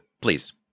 Please